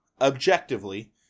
objectively